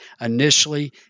initially